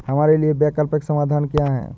हमारे लिए वैकल्पिक समाधान क्या है?